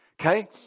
okay